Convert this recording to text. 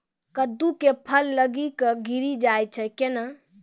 कददु के फल गली कऽ गिरी जाय छै कैने?